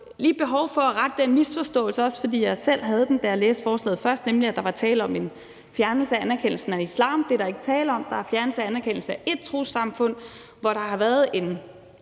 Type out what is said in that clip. var behov for at rette den misforståelse – også fordi jeg selv gjorde mig skyldig i den, da jeg læste forslaget først – at der var tale om en fjernelse af anerkendelsen af islam. Det er der ikke tale om. Der er tale om en fjernelse af anerkendelse af ét trossamfund, hvor der har fundet en